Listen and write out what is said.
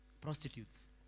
prostitutes